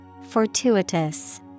Fortuitous